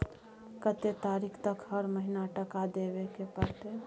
कत्ते तारीख तक हर महीना टका देबै के परतै?